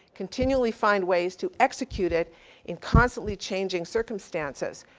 continually find ways to execute it in constantly changing circumstances,